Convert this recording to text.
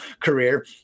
career